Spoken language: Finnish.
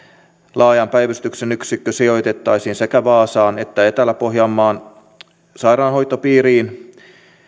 laajan päivystyksen yksikkö sijoitettaisiin sekä vaasaan että etelä pohjanmaan sairaanhoitopiiriin